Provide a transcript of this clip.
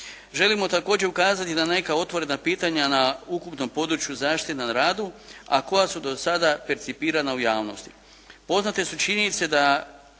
Želimo također ukazati na neka otvorena pitanja na ukupnom području zaštite na radu, a koja su do sada percipirana u javnosti.